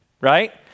right